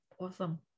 awesome